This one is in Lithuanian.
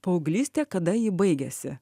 paauglystė kada ji baigiasi